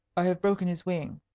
i have broken his wing,